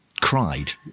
cried